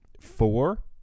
four